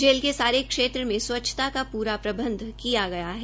jail के सारे क्षेत्र में स्वच्छता का पूरा प्रबंध किया गया है